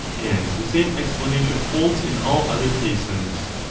and the same explanation holds in all other cases.